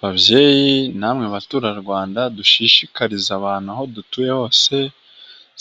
Babyeyi, namwe baturarwanda, dushishikarize abantu aho dutuye hose